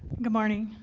good morning.